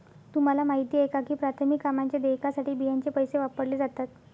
तुम्हाला माहिती आहे का की प्राथमिक कामांच्या देयकासाठी बियांचे पैसे वापरले जातात?